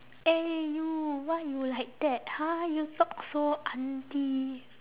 eh you why you like that !huh! you talk so aunty